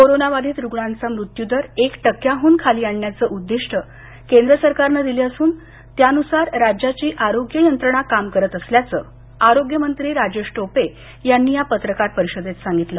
कोरोनाबाधित रुग्णांचा मृत्यूदर एक टक्क्याहून खाली आणण्याचं उद्दिष्ट केंद्र सरकारनं दिलं असून त्यानुसार राज्याची आरोग्य यंत्रणा काम करत असल्याचं आरोग्यमंत्री राजेश टोपे यांनी यानंतर औरंगाबादमध्ये पत्रकार परिषदेत सांगितलं